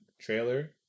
trailer